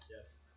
yes